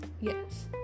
Yes